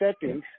settings